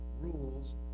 rules